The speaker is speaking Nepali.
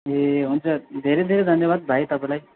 ए हुन्छ धेरै धेरै धन्यवाद भाइ तपाईँलाई